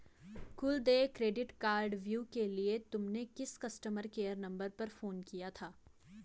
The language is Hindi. कुल देय क्रेडिट कार्डव्यू के लिए तुमने किस कस्टमर केयर नंबर पर फोन किया था?